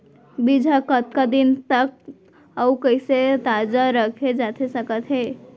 बीज ह कतका दिन तक अऊ कइसे ताजा रखे जाथे सकत हे?